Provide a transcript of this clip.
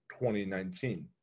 2019